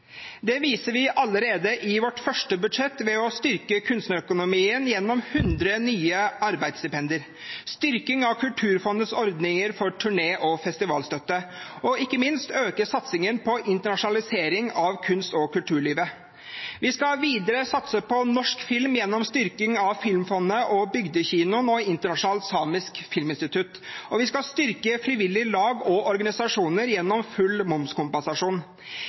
Det viser vi allerede i vårt første budsjett ved å styrke kunstnerøkonomien gjennom hundre nye arbeidsstipender, styrke Kulturfondets ordninger for turne- og festivalstøtte og – ikke minst – øke satsingen på internasjonalisering av kunst- og kulturlivet. Vi skal videre satse på norsk film gjennom styrking av Filmfondet, Bygdekinoen og Internasjonalt Samisk Filminstitutt. Og vi skal styrke frivillige lag og organisasjoner gjennom full momskompensasjon.